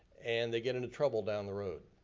and they get into trouble down the road,